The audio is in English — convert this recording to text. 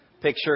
picture